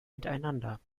miteinander